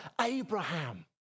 Abraham